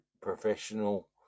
professional